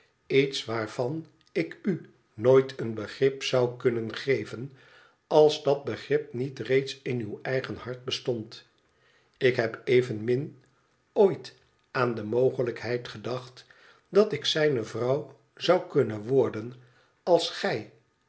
iets waarvan ik u nooit een begrip zou kunnen even als dat begrip niet reeds in uw eien hart bestond ik heb evenmm ooit aan de mogelijkheid gedacht dat ik zijne vrouw zou kunnen worden als gij